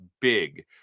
big